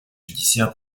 judiciaire